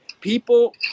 People